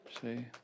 See